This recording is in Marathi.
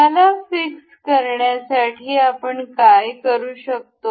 याला फिक्स करण्यासाठी आपण काय करू शकतो